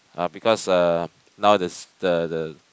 uh because uh now the the the